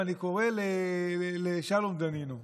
ואני קורא לשלום דנינו: